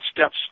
steps